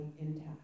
intact